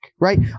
Right